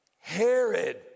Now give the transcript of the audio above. Herod